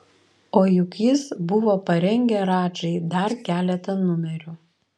o juk jis buvo parengę radžai dar keletą numerių